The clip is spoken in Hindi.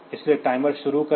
इसलिए टाइमर शुरू करें